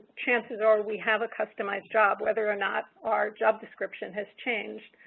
chances are we have a customized job, whether or not our job description has changed.